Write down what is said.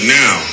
now